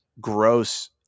gross